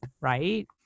right